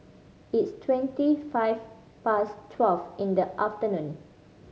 its twenty five past twelve in the afternoon